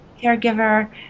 caregiver